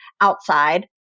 outside